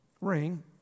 ring